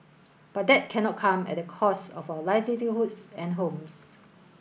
but that cannot come at the cost of our livelihoods and homes